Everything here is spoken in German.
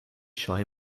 scheu